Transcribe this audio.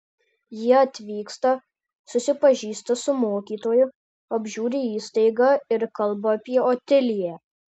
ji atvyksta susipažįsta su mokytoju apžiūri įstaigą ir kalba apie otiliją